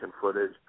footage